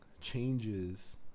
changes